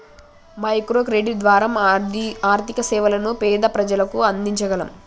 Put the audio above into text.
micro credit ద్వారా ఆర్థిక సేవలను పేద ప్రజలకు అందించగలం